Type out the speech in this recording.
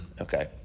Okay